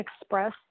express